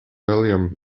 william